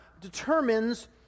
determines